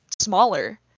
smaller